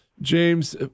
James